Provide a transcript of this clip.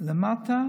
למטה